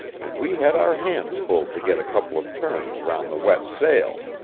and we had our hands full to get a couple of turns round the wet sail.